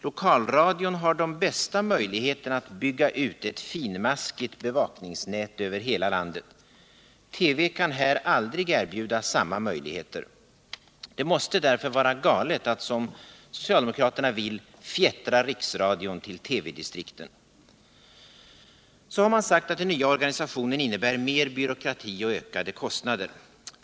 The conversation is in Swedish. Lokalradion har de bästa möjligheterna att bygga ut ett finmaskigt bevakningsnät över hela landet. TV kan här aldrig erbjuda samma möjlighet. Det måste därför vara galet att — som socialdemokraterna vill — fjättra riksradion till TV distrikten. Man har sagt att den nya organisationen innebär mer byråkrati och ökade kostnader.